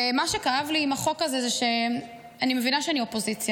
ומה שכאב לי עם החוק הזה זה שאני מבינה שאני אופוזיציה,